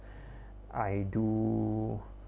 I do